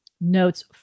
notes